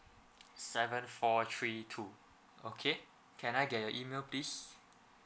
seven four three two okay can I get your email please